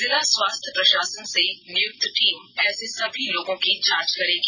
जिला स्वास्थ्य प्रशासन से नियुक्त टीम ऐसे सभी लोगों की जांच करेगी